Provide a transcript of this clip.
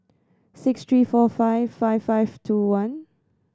six three four five five five two one